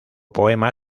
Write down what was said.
poema